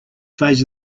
phase